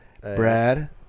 Brad